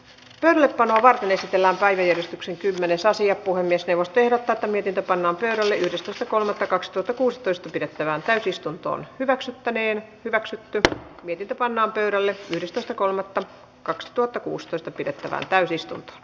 jyp on harvardin esitellään taideyhdistyksen asia lähetettiin sosiaali ja panna verolle yhdistystä kolmatta kaks toto kuusitoista pidettävään täysistuntoon hyväksyttäneen hyväksytty piti panna pöydälle sivistystä kolmatta kaksituhattakuusitoista pidettävä täysistun